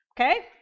Okay